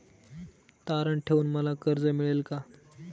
तारण ठेवून मला कर्ज मिळेल का?